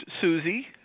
Susie